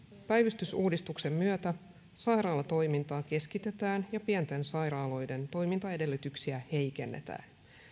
päivystysuudistuksen myötä sairaalatoimintaa keskitetään ja pienten sairaaloiden toimintaedellytyksiä heikennetään